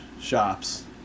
shops